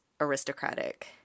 aristocratic